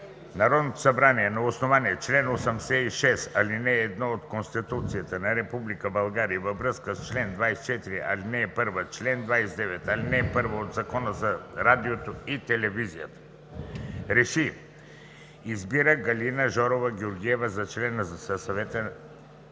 Народното събрание на основание чл. 86, ал. 1 от Конституцията на Република България и във връзка с чл. 24, ал. 1 и чл. 29, ал. 1 от Закона за радиото и телевизията РЕШИ: Избира Галина Жорова Георгиева за член на Съвета за